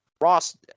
Ross